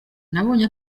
nabonye